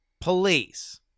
police